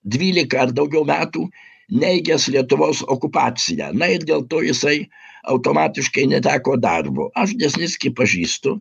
dvylika ar daugiau metų neigęs lietuvos okupaciją na ir dėl to jisai automatiškai neteko darbo aš desnickį pažįstu